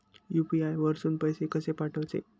UPI वरसून पैसे कसे पाठवचे?